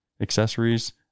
Accessories